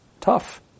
tough